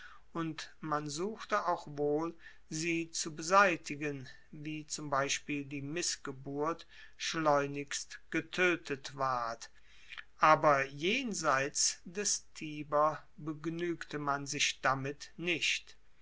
und man suchte auch wohl sie zu beseitigen wie zum beispiel die missgeburt schleunigst getoetet ward aber jenseits des tiber begnuegte man sich damit nicht